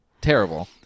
terrible